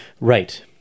Right